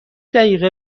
دقیقه